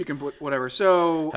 you can put whatever so